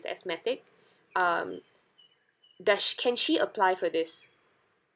asthmatic um does can she apply for this